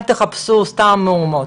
אל תחפשו סתם מהומות.